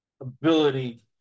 ability